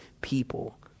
people